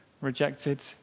rejected